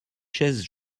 chaises